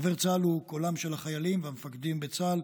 דובר צה"ל הוא קולם של החיילים והמפקדים בצה"ל.